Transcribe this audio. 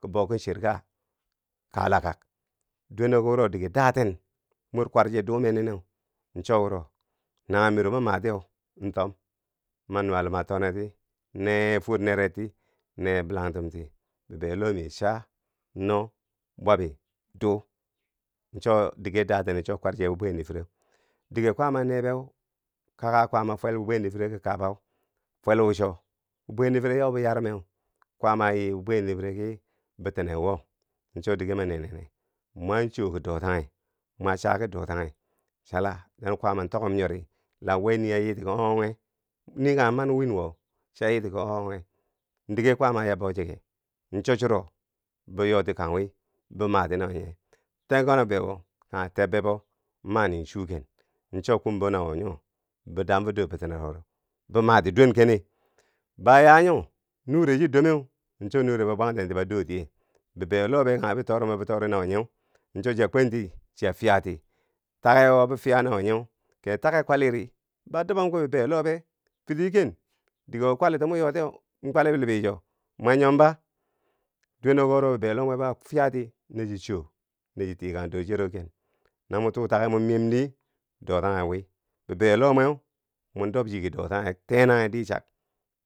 ki bouki cherka kalakak, dweneko wuro dige daten mwor kwarche dume nine cho wuro nanghen miro ma natiyeu n tom, ma nuwa luma tomekti neye fwor neretti, neye bilangtumti, bibeyo lohmi cha, no, bwabi, duu, cho dige datene cho kwarche bibwe niifireu. Dige kwaama neebeu, kaka kwaama fwel bibwe niifire ki. kabau fwelu cho, bibwe niifire yau bou yarummeu, kawaama yii bibwe niifire ki bitine wo cho dige ma ne nene, mwan choo ki dotanghe mo chaa ki dotanghe chala na kwaama tokkum nyori la wee nii a yiiti ki o- onghe nii kanghe man win wo cha yiiti ki o- onghe, dige kwaama ya bou chike, cho churo bo yoti kang wi. bo mati nawonye, tenkwanib bebbo kanghe tebebbo maani chughen cho kam bo na wonyo bo dam fo dorbitinero wo, bo mati dwen kenne ba yaa nyo, nure chi dommeu cho nure ba bwangtenti ba dotiye, bibeiyo lohbe kanghe bitorum bobi tori na wo nyeu cho chiya kwenti chiya fiyati take wo bo fiya na wo nyeu kee take kwaliri ba dubom ki. bibeiyo lohbe fiti ken, dige wo kwalito mo yotiyeu kwali bilibi cho, mwa nyomba, dweneko wuro bibeiyo lohmwwe bou a fiyati na chi choo, na chi tikang dor. chuyero ken, na mo tuu takee mo miyemdi dotanghe wii, bibeiyo lohmwe mon dob chi ki dotanghe teenanghi dichak,